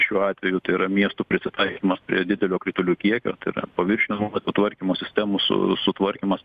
šiuo atveju tai yra miestų prisitaikymas prie didelio kritulių kiekio tai yra paviršinių nuotekų tvarkymo sistemų su sutvarkymas